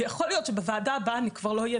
יכול להיות שבוועדה הבאה אני כבר לא אהיה,